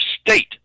state